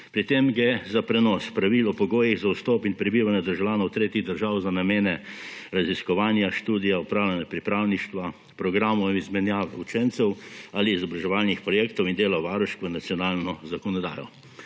Pri tem gre za prenos pravil o pogojih za vstop in prebivanje državljanov tretjih držav za namene raziskovanja, študija, opravljanja pripravništva, programov izmenjav učencev ali izobraževalnih projektov in delo varušk v nacionalno zakonodajo.